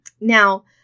Now